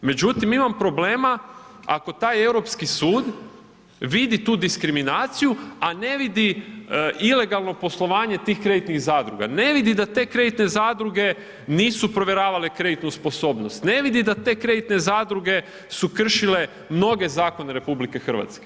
Međutim, imam problema ako taj Europski sud vidi tu diskriminaciju, a ne vidi ilegalno poslovanje tih kreditnih zadruga, ne vidi da te kreditne zadruge nisu provjeravale kreditnu sposobnost, ne vidi da te kreditne zadruge su kršile mnoge zakone RH.